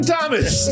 Thomas